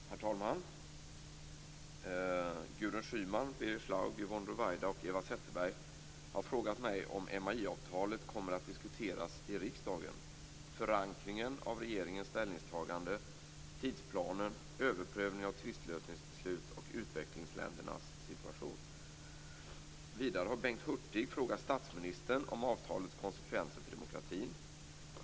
Herr talman! Gudrun Schyman, Birger Schlaug, Yvonne Ruwaida och Eva Zetterberg har frågat mig om MAI-avtalet kommer att diskuteras i riksdagen, förankringen av regeringens ställningstagande, tidsplanen, överprövning av tvistlösningsbeslut och utvecklingsländernas situation. Vidare har Bengt Hurtig frågat statsministern om avtalets konsekvenser för demokratin.